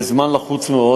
בזמן לחוץ מאוד.